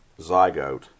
zygote